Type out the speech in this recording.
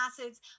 acids